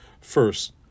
First